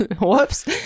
Whoops